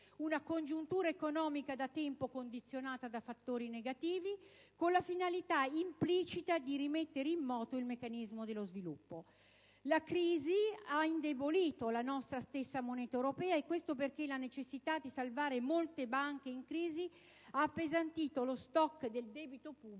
una congiuntura economica da tempo condizionata da fattori negativi, con la finalità implicita di rimettere in moto il meccanismo dello sviluppo. La crisi ha indebolito la stessa moneta europea, e questo perché la necessità di salvare molte banche in crisi ha appesantito lo *stock* del debito pubblico